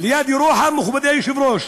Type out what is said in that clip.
ליד ירוחם, מכובדי היושב-ראש.